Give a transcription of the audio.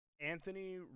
Anthony